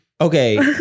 Okay